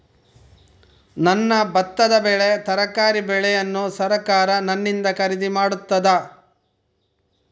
ನನ್ನ ಭತ್ತದ ಬೆಳೆ, ತರಕಾರಿ ಬೆಳೆಯನ್ನು ಸರಕಾರ ನನ್ನಿಂದ ಖರೀದಿ ಮಾಡುತ್ತದಾ?